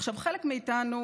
עכשיו, חלק מאיתנו